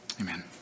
Amen